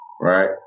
right